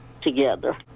together